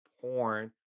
porn